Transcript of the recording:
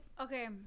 Okay